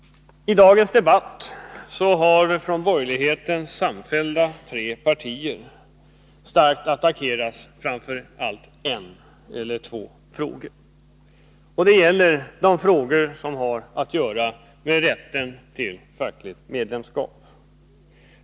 I dagens debatt har de tre borgerliga partierna samfällt gjort kraftiga attacker i framför allt en eller, rättare sagt, två frågor. Det gäller de frågor som har att göra med rätten till fackligt medlemskap.